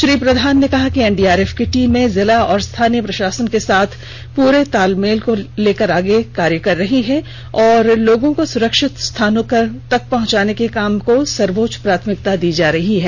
श्री प्रधान ने कहा कि एनडीआरएफ की टीमें जिला और स्थानीय प्रशासन के साथ पूरे तालमेल के साथ कार्य कर रही हैं और लोगों को सुरक्षित स्थानों तक पहुंचाने के काम को सर्वोच्च प्राथमिकता दी जा रही है